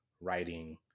writing